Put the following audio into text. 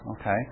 Okay